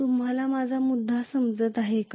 तुला माझा मुद्दा समजत आहे का